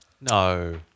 No